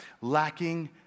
lacking